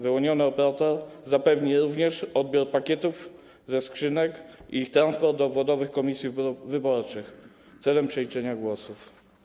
Wyłoniony operator zapewni również odbiór pakietów ze skrzynek i ich transport do obwodowych komisji wyborczych celem przeliczenia głosów.